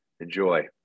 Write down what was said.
Enjoy